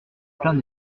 plein